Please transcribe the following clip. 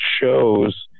shows